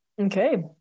Okay